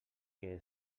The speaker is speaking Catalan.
què